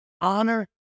Honor